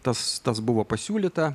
tas tas buvo pasiūlyta